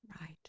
Right